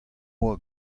boa